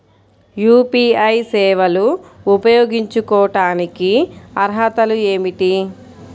UPI సేవలు ఉపయోగించుకోటానికి అర్హతలు ఏమిటీ?